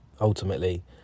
ultimately